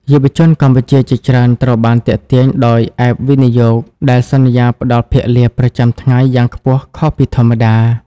យុវជនកម្ពុជាជាច្រើនត្រូវបានទាក់ទាញដោយ "App វិនិយោគ" ដែលសន្យាផ្តល់ភាគលាភប្រចាំថ្ងៃយ៉ាងខ្ពស់ខុសពីធម្មតា។